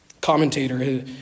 commentator